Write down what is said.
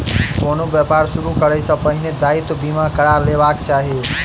कोनो व्यापार शुरू करै सॅ पहिने दायित्व बीमा करा लेबाक चाही